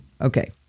Okay